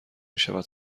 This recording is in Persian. میشود